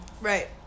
right